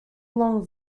long